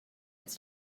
its